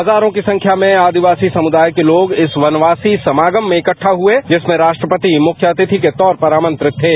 हजारों की संख्या में आदिवासी समुदाय के लोग इस वनवासी समागम में इकट्ठा हुए जिसमें राष्ट्रपति मुख्य अतिथि के तौर पर आमंत्रित थे